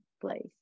place